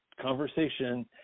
conversation